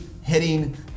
Hitting